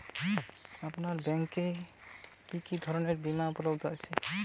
আপনার ব্যাঙ্ক এ কি কি ধরনের বিমা উপলব্ধ আছে?